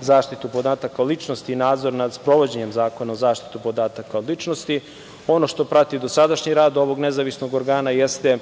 zaštitu podataka o ličnosti i nadzor nad sprovođenjem Zakona o zaštiti podataka o ličnosti. Ono što prati dosadašnji rad ovog nezavisnog organa jeste